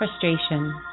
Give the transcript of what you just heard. frustration